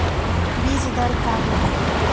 बीज दर का होला?